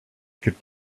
could